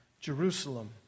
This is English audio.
Jerusalem